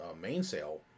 Mainsail